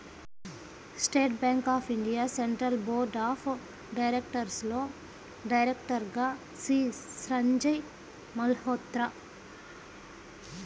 state bank of India central board of డైరెక్టర్స్లో డైరెక్టర్గా శ్రీ సంజయ్ మల్హోత్రా